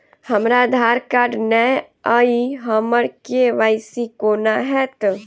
हमरा आधार कार्ड नै अई हम्मर के.वाई.सी कोना हैत?